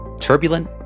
turbulent